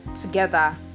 together